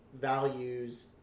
values